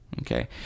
okay